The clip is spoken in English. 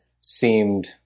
seemed